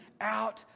out